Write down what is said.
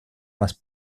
más